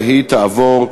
והיא תעבור,